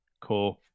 Cool